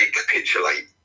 capitulate